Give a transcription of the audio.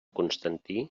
constantí